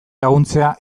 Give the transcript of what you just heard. laguntzea